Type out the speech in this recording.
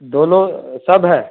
دونوں سب ہے